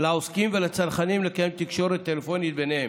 לעוסקים ולצרכנים לקיים תקשורת טלפונית ביניהם,